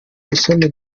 ishami